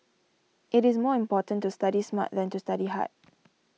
it is more important to study smart than to study hard